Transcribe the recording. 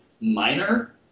minor